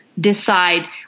decide